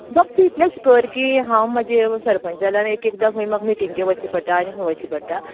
फक्त इतलेंत कर की हांव म्हजें सरपंच जाल्यार एक एकदां खंय म्हाका मिटिंगेक वयचें पडटा आनीक खंय वयचें पडटा